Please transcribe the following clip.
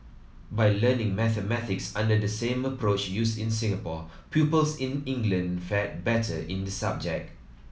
by learning mathematics under the same approach used in Singapore pupils in England fared better in the subject